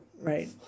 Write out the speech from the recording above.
Right